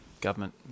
government